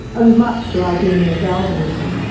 owes much to aldini and galvanism.